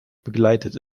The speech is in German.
begleitet